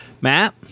Matt